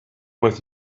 with